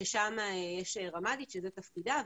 ששם יש ראשת מדור שזה תפקידה,